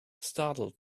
startled